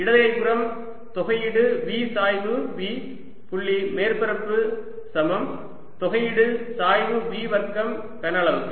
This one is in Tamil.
இடதுகை புறம் தொகையீடு V சாய்வு V புள்ளி மேற்பரப்பு சமம் தொகையீடு சாய்வு V வர்க்கம் கன அளவுக்கு